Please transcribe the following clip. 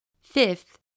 Fifth